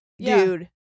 dude